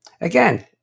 Again